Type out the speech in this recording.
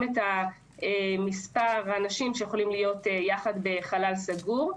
את מספר האנשים שיכולים להיות יחד בחלל סגור.